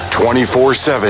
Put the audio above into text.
24-7